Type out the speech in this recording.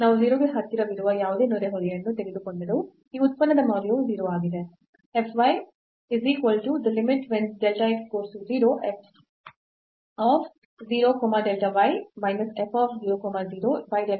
ನಾವು 0 ಗೆ ಹತ್ತಿರವಿರುವ ಯಾವುದೇ ನೆರೆಹೊರೆಯನ್ನು ತೆಗೆದುಕೊಂಡರೂ ಈ ಉತ್ಪನ್ನದ ಮೌಲ್ಯವು 0 ಆಗಿದೆ